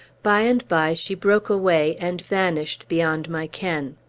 by and by she broke away, and vanished beyond my ken.